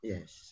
Yes